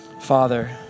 Father